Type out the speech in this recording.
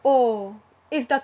oh if the